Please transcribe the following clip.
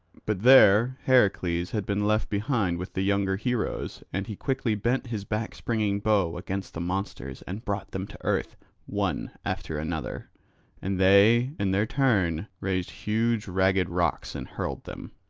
but there heracles had been left behind with the younger heroes and he quickly bent his back-springing bow against the monsters and brought them to earth one after another and they in their turn raised huge ragged rocks and hurled them.